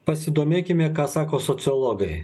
pasidomėkime ką sako sociologai